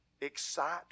excite